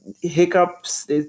hiccups